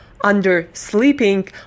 under-sleeping